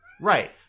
Right